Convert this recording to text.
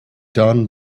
done